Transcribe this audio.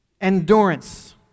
endurance